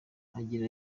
agira